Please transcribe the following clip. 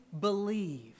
believe